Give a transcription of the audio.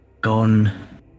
gone